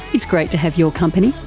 it's great to have your company,